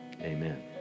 Amen